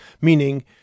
Meaning